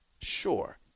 Sure